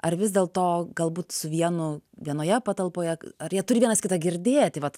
ar vis dėl to galbūt su vienu vienoje patalpoje ar jie turi vienas kitą girdėti vat